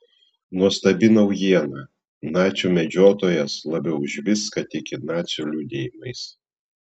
nuostabi naujiena nacių medžiotojas labiau už viską tiki nacių liudijimais